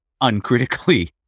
uncritically